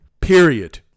period